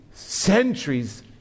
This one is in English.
Centuries